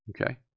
Okay